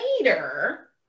later